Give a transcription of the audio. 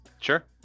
Sure